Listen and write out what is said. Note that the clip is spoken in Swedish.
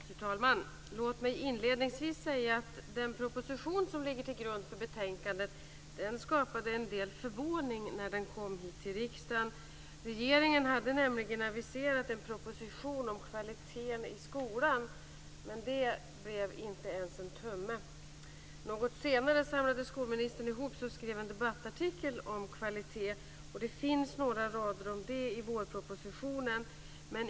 Fru talman! Låt mig inledningsvis säga att den proposition som ligger till grund för betänkandet skapade en del förvåning när den kom hit till riksdagen. Regeringen hade aviserat en proposition om kvaliteten i skolan, men det blev inte ens en tumme. Något senare samlade skolministern ihop sig och skrev en debattartikel om kvalitet, och det finns några rader om det i vårpropositionen.